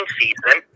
season